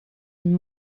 and